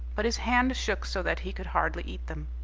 but his hand shook so that he could hardly eat them.